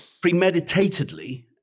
premeditatedly